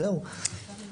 ואפשר למצוא אותה באינטרנט.